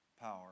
power